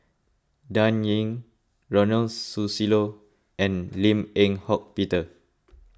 Dan Ying Ronald Susilo and Lim Eng Hock Peter